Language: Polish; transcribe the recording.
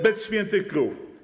Bez świętych krów.